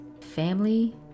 family